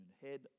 head